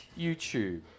YouTube